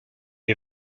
est